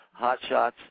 hotshots